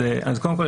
קודם כול,